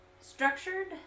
structured